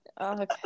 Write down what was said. okay